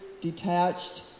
detached